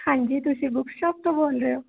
ਹਾਂਜੀ ਤੁਸੀਂ book shop ਤੋਂ ਬੋਲ ਰਹੇ ਹੋ